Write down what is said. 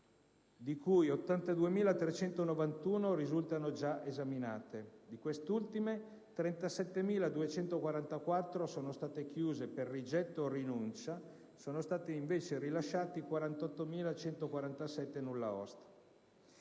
di cui 82.391 risultano già esaminate. Di queste ultime, 37.244 sono state chiuse per rigetto o rinuncia. Sono stati invece rilasciati 48.147 nulla osta.